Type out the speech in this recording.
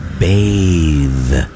Bathe